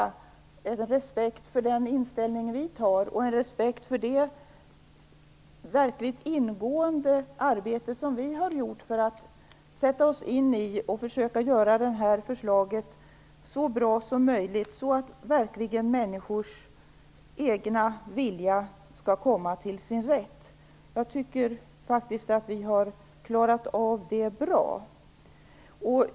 Jag vill nämligen möta respekt för den inställning vi intar och respekt för det verkligt ingående arbete som vi har gjort för att sätta oss in i och försöka göra förslaget så bra som möjligt så att människors egen vilja kan komma till sin rätt. Jag tycker faktiskt att vi har klarat av det bra.